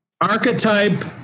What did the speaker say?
archetype